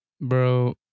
Bro